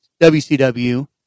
WCW